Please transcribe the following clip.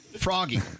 froggy